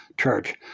Church